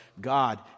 God